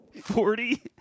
forty